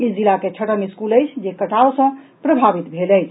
ई जिला के छठम स्कूल अछि जे कटाव सँ प्रभावित भेल अछि